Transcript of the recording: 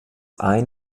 ein